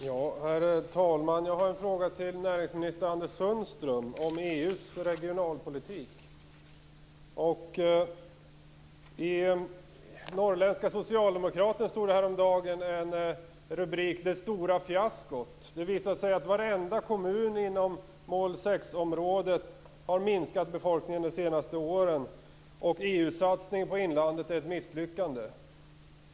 Herr talman! Jag har en fråga till näringsminister Anders Sundström om EU:s regionalpolitik. I Norrländska Socialdemokraten fanns häromdagen en rubrik om det stora fiaskot. Det visar sig nämligen att i varenda kommun inom Mål 6-området har befolkningen minskat under de senaste åren. EU-satsningen på inlandet är ett misslyckande.